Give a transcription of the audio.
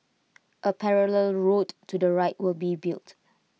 A parallel road to the right will be built